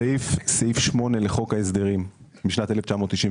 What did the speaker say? סעיף 8 לחוק ההסדרים משנת 1992,